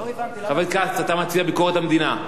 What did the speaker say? חבר הכנסת כץ, אתה מציע ביקורת המדינה.